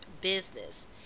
business